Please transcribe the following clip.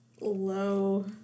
low